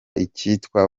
icyitwa